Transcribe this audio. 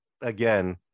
Again